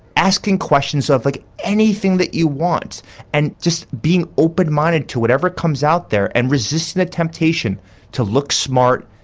asking questions about like anything that you want and just being open minded to whatever comes out there and resist the temptation to look smart,